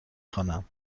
خوانم